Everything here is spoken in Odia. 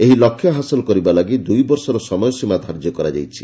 ଏହି ଲକ୍ଷ୍ୟ ହାସଲ କରିବା ଲାଗି ଦୁଇ ବର୍ଷର ସମୟସୀମା ଧାର୍ଯ୍ୟ କରାଯାଇଛି